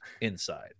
inside